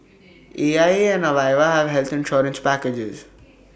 A I A and Aviva have health insurance packages